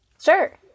Sure